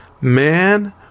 man